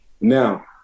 now